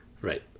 Right